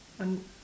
um